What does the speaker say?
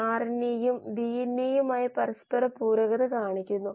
രൂപകൽപ്പനക്കായി ഇവ ഉപയോഗിക്കാം